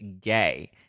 gay